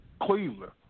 Cleveland